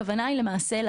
הכוונה היא להעביר